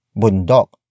Bundok